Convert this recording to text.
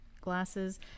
glasses